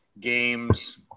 games